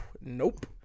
Nope